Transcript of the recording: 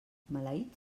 maleït